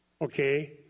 okay